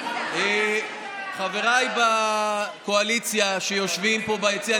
חבריי בקואליציה שיושבים פה ביציע,